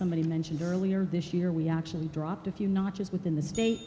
somebody mentioned earlier this year we actually dropped a few notches within the state